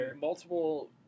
multiple